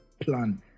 plan